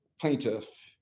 plaintiff